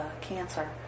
cancer